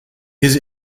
his